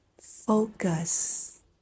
focus